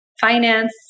finance